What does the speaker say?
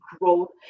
growth